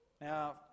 Now